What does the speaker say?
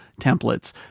templates